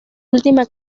última